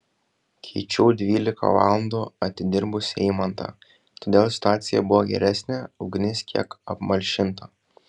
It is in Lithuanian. keičiau dvylika valandų atidirbusį eimantą todėl situacija buvo geresnė ugnis kiek apmalšinta